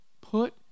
Put